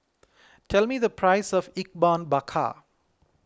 tell me the price of Ikan Bakar